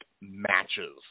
matches